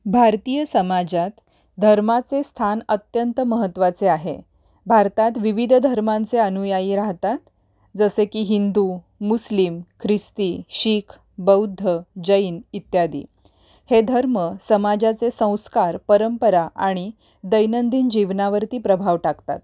भारतीय समाजात धर्माचे स्थान अत्यंत महत्त्वाचे आहे भारतात विविध धर्मांचे अनुयायी राहतात जसे की हिंदू मुस्लिम ख्रिस्ती शिख बौद्ध जैन इत्यादी हे धर्म समाजाचे संस्कार परंपरा आणि दैनंदिन जीवनावरती प्रभाव टाकतात